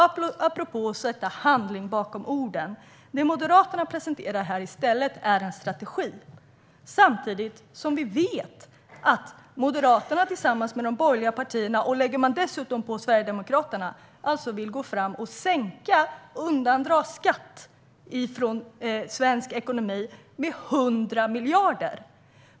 Apropå att sätta handling bakom orden: Det Moderaterna presenterar här i stället är en strategi, samtidigt som vi vet att Moderaterna tillsammans med de borgerliga partierna - man kan dessutom lägga till Sverigedemokraterna - alltså vill gå fram och sänka skatten i svensk ekonomi med 100 miljarder.